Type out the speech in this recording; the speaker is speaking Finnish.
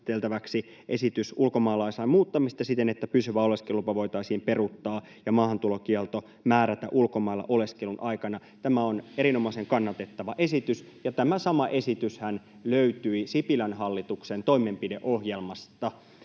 esitys ulkomaalaislain muuttamisesta siten, että pysyvä oleskelulupa voitaisiin peruuttaa ja maahantulokielto määrätä ulkomailla oleskelun aikana. Tämä on erinomaisen kannatettava esitys, ja tämä sama esityshän löytyi Sipilän hallituksen toimenpideohjelmasta